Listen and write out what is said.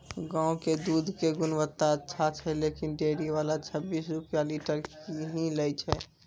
गांव के दूध के गुणवत्ता अच्छा छै लेकिन डेयरी वाला छब्बीस रुपिया लीटर ही लेय छै?